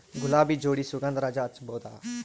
ಗುಲಾಬಿ ಜೋಡಿ ಸುಗಂಧರಾಜ ಹಚ್ಬಬಹುದ?